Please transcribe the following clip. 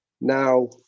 Now